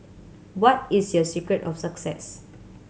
what is your secret of success